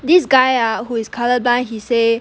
this guy ah who is colour-blind he say